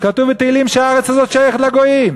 כתוב בתהילים שהארץ הזאת שייכת לגויים.